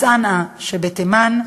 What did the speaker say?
מצנעא שבתימן.